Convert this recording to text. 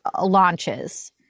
launches